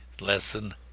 lesson